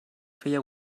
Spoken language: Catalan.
feia